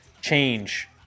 change